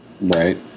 right